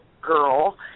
girl